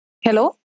Hello